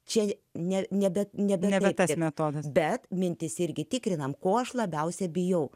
čia net nebe nebelemia tęsiame toną bet mintis irgi tikriname ko aš labiausiai bijau